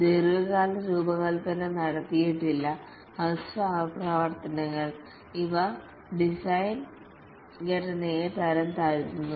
ദീർഘകാല രൂപകൽപ്പന നടത്തിയിട്ടില്ല ഹ്രസ്വ ആവർത്തനങ്ങൾ ഇവ ഡിസൈൻ ഘടനയെ തരംതാഴ്ത്തുന്നു